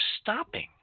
stopping